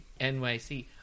NYC